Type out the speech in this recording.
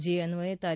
જે અન્વયે તા